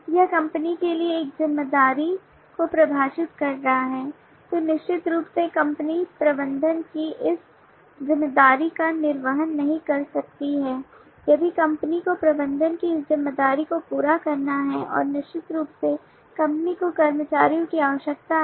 यह कंपनी के लिए एक जिम्मेदारी को परिभाषित कर रहा है तो निश्चित रूप से कंपनी प्रबंधन की इस जिम्मेदारी का निर्वहन नहीं कर सकती है यदि कंपनी को प्रबंधन की इस जिम्मेदारी को पूरा करना है और निश्चित रूप से कंपनी को कर्मचारियों की आवश्यकता है